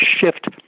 shift